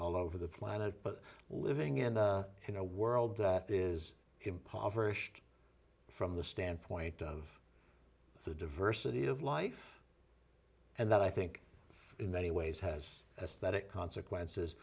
all over the planet but living in a in a world that is impoverished from the standpoint of the diversity of life and that i think in many ways has aesthetic consequences